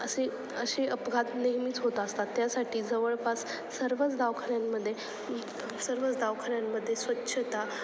असे असे अपघात नेहमीच होत असतात त्यासाठी जवळपास सर्वच दावखान्यांमध्ये सर्वच दावखान्यांमध्ये स्वच्छता